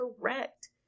correct